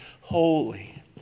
holy